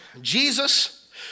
Jesus